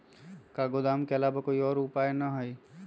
का गोदाम के आलावा कोई और उपाय न ह?